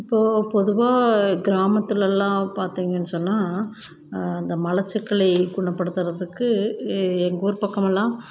இப்போது பொதுவாக கிராமத்துலலாம் பார்த்தீங்கன் சொன்னால் இந்த மலச்சிக்கலை குணப்படுத்துறதுக்கு எங்கள் ஊர் பக்கமல்லாம்